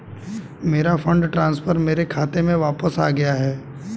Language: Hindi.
मेरा फंड ट्रांसफर मेरे खाते में वापस आ गया है